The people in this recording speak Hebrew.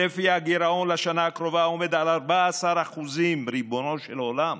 צפי הגירעון לשנה הקרובה עומד על 14%. ריבונו של עולם,